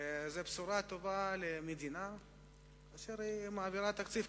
וזו בשורה טובה למדינה שמעבירה תקציב.